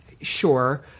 Sure